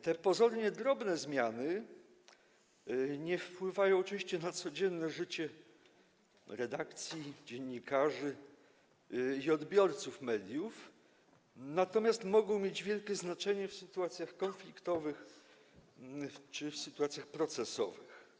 Te pozornie drobne zmiany nie wpływają oczywiście na codzienne życie redakcji, dziennikarzy i odbiorców mediów, natomiast mogą mieć wielkie znaczenie w sytuacjach konfliktowych czy w sytuacjach procesowych.